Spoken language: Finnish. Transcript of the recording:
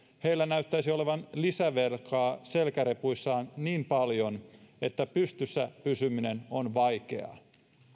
heillä näyttäisi olevan lisävelkaa selkärepuissaan niin paljon että pystyssä pysyminen on vaikeaa